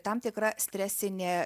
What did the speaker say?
tam tikra stresinė